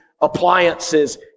appliances